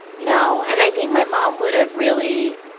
no. and i think my mom would have really,